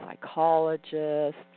psychologists